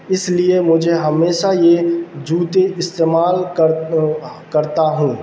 اس لیے مجھے ہمیشہ یہ جوتے استعمال کر کرتا ہوں